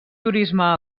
turisme